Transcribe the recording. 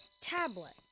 tablet